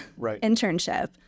internship